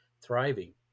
thriving